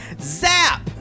Zap